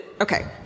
okay